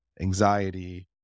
anxiety